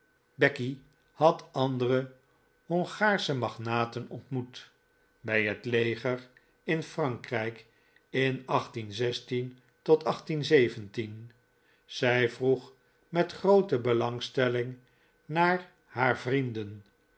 becky had andere hongaarsche magnaten ontmoet bij het leger in frankrijk in tot zij vroeg met groote belangstelling naar haar vrienden